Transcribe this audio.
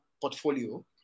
portfolio